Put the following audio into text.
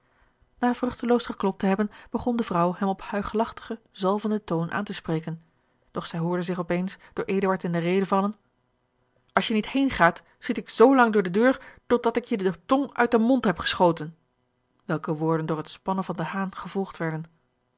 na vruchteloos geklopt te hebben begon de vrouw hem op huichelachtigen zalvenden toon aan te spreken doch zij hoorde zich op eens door eduard in de rede vallen als je niet heengaat schiet ik zoo lang door de deur tot dat ik je de tong uit den mond heb geschoten welke woorden door het spannen van den haan gevolgd werden